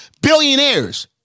billionaires